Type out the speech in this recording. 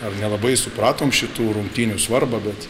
ar nelabai supratom šitų rungtynių svarbą bet